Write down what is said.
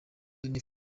nahoze